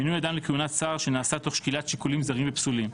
מינוי אדם לכהונת שר שנעשה תוך שקילת שיקולים זרים ופסולים,